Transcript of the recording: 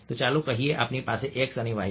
ચાલો કહીએ કે આપણી પાસે x અને y છે